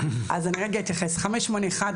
לא על אחוז הנשירה.